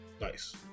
Nice